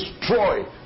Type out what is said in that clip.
destroy